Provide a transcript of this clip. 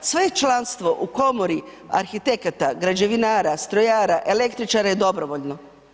Svoje članstvo u komori arhitekata, građevinara, strojara, električara je dobrovoljno.